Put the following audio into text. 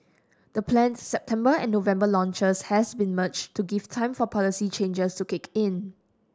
the planned September and November launches had been merged to give time for policy changes to kick in